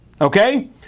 Okay